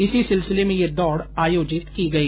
इसी सिलसिले में यह दौड़ आयोजित की गई